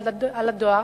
על הדואר,